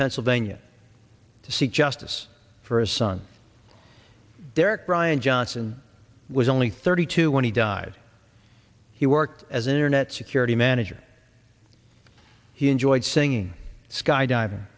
pennsylvania to seek justice for his son derrick brian johnson was only thirty two when he died he worked as an internet security manager he enjoyed singing skydiving